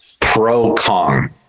pro-Kong